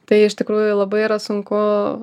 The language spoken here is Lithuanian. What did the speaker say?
tai iš tikrųjų labai yra sunku